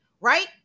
right